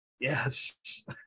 Yes